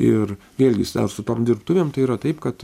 ir vėlgi dar su tom dirbtuvėm tai yra taip kad